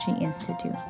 Institute